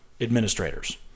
administrators